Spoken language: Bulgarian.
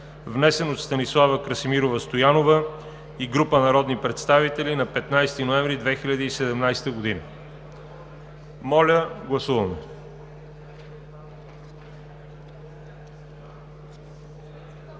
внесен от Станислава Красимирова Стоянова и група народни представители на 15 ноември 2017 г. Гласували